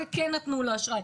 וכן נתנו לו אשראי.